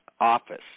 office